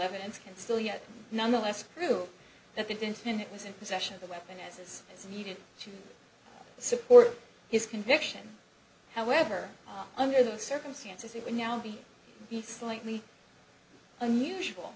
evidence can still yet nonetheless prove that it didn't spin it was in possession of the weapon as is needed to support his conviction however under the circumstances it would now be the slightly unusual